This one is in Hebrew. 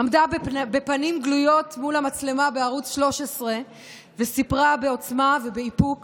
עמדה בפנים גלויות מול המצלמה בערוץ 13 וסיפרה בעוצמה ובאיפוק